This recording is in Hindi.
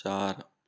चार